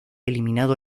eliminado